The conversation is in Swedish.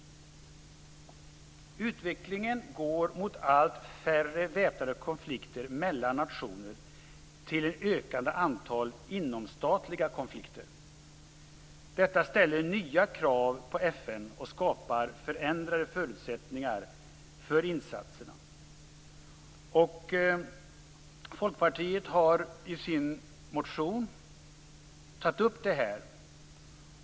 Utvecklingen går mot allt färre väpnade konflikter mellan nationer till ett ökande antal inomstatliga konflikter. Detta ställer nya krav på FN och skapar förändrade förutsättningar för insatserna. Folkpartiet har i sin motion tagit upp det här.